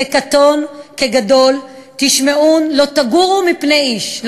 כקטן כגדל תשמעון לא תגורו מפני איש"